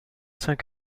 cinq